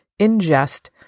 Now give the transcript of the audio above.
ingest